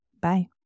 Bye